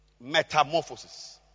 Metamorphosis